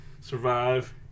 survive